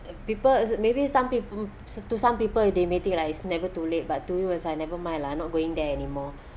people as maybe some peo~ mm to some people they may think like it's never too late but to you is like never mind lah not going there anymore